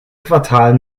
quartal